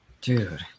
Dude